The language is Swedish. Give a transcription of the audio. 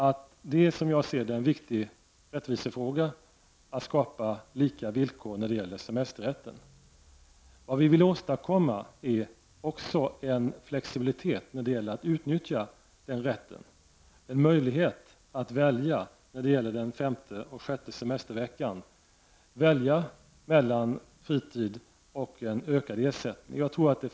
Det är, som jag ser det, en viktig rättvisefråga att skapa lika villkor i semesterrätten. Vad vi vill åstadkomma är också en flexibilitet i fråga om att utnyttja den rätten, en möjlighet att välja när det gäller den femte och sjätte semesterveckan, dvs. välja mellan fritid och en ökad ersättning.